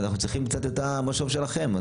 אנחנו צריכים קצת גם את המשוב שלכם.